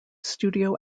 studio